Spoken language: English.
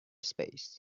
space